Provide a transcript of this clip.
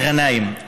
ג'נאים.